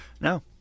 No